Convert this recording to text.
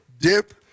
dip